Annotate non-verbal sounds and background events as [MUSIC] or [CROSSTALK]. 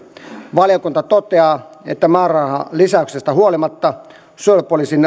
valiokunta toteaa että määrärahalisäyksestä huolimatta suojelupoliisin [UNINTELLIGIBLE]